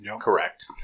Correct